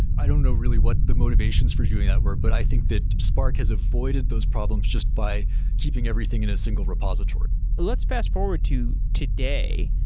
i don't know really what the motivations for doing that were, but i think that spark has avoided those problems just by keeping everything in a single repository let's fast forward to today.